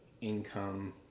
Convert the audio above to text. income